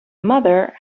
mother